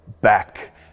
back